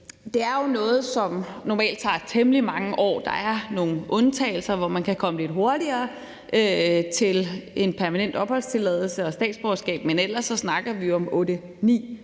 Det er jo noget, som normalt tager temmelig mange år. Der er nogle undtagelser, som gør, at man kan komme lidt hurtigere til en permanent opholdstilladelse og statsborgerskab, men ellers snakker vi jo om 8-9 år.